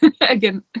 again